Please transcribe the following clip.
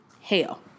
Hell